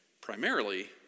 primarily